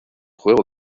juego